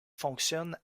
fonctionne